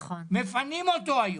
מפנים אותו היום,